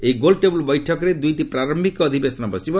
ଏହି ଗୋଲ୍ଟେବୁଲ୍ ବୈଠକରେ ଦୁଇଟି ପ୍ରାର୍ୟିକ ଅଧିବେଶନ ହେବ